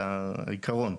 אבל העיקרון.